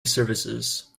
services